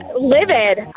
livid